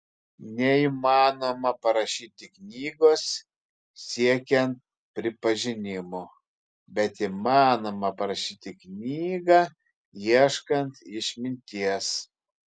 neįmanoma parašyti knygos siekiant pripažinimo bet įmanoma parašyti knygą ieškant išminties